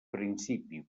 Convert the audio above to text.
principi